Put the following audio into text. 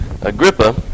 Agrippa